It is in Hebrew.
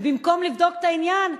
ובמקום לבדוק את העניין,